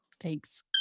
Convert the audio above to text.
Thanks